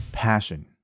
passion